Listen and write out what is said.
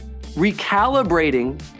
recalibrating